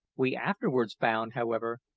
we afterwards found, however,